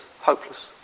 Hopeless